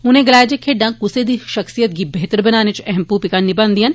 उने गलाया जे खेड्डां कुसै दी शख्सियत गी बेहतर बनाने इच अहम भूमिा निमांदियां न